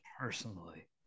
personally